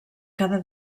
cada